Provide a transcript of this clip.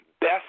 best